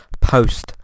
post